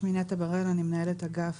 שמי נטע בר-אל, אני מנהלת אגף